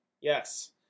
Yes